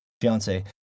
fiance